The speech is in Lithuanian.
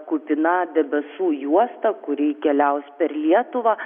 kupina debesų juosta kuri keliaus per lietuvą